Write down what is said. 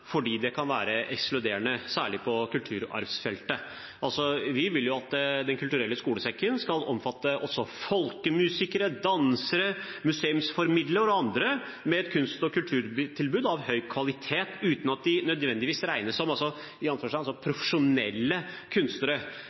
fordi det kan være ekskluderende, særlig på kulturarvsfeltet. Vi vil at Den kulturelle skolesekken også skal omfatte folkemusikere, dansere, museumsformidlere og andre med et kunst- og kulturtilbud av høy kvalitet, uten at de nødvendigvis regnes som «profesjonelle» kunstnere. Det er ikke det samme som å si at profesjonelle